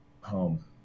home